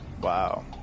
Wow